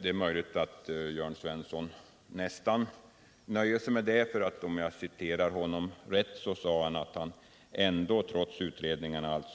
Det är möjligt att Jörn Svensson nästan nöjer sig med det, för om jag uppfattade honom rätt sade han att det trots det utredningsarbete